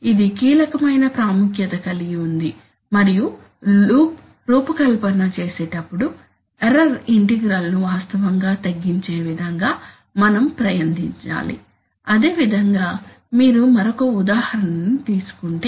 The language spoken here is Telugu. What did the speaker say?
ఇది కీలకమైన ప్రాముఖ్యత కలిగి ఉంది మరియు లూప్ రూపకల్పన చేసేటప్పుడుఎర్రర్ ఇంటిగ్రల్ ను వాస్తవంగా తగ్గించే విధంగా మనం ప్రయత్నించాలి అదేవిధంగా మీరు మరొక ఉదాహరణ తీసుకుంటే